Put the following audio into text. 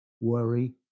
Worry